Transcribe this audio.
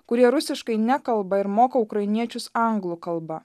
kurie rusiškai nekalba ir moko ukrainiečius anglų kalba